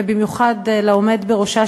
ובמיוחד לעומד בראשה,